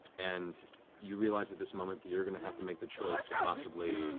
and you realize at this moment that you're going to have to make the choice to possibly